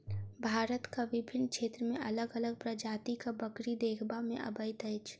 भारतक विभिन्न क्षेत्र मे अलग अलग प्रजातिक बकरी देखबा मे अबैत अछि